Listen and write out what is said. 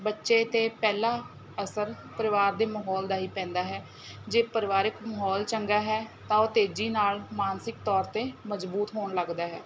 ਬੱਚੇ 'ਤੇ ਪਹਿਲਾ ਅਸਰ ਪਰਿਵਾਰ ਦੇ ਮਾਹੌਲ ਦਾ ਹੀ ਪੈਂਦਾ ਹੈ ਜੇ ਪਰਿਵਾਰਕ ਮਾਹੌਲ ਚੰਗਾ ਹੈ ਤਾਂ ਉਹ ਤੇਜ਼ੀ ਨਾਲ਼ ਮਾਨਸਿਕ ਤੌਰ 'ਤੇ ਮਜ਼ਬੂਤ ਹੋਣ ਲੱਗਦਾ ਹੈ